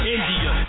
India